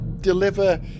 deliver